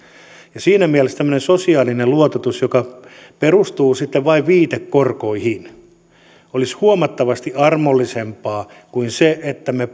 ja siinä mielessä tämmöinen sosiaalinen luototus joka perustuu vain viitekorkoihin olisi huomattavasti armollisempaa kuin se että me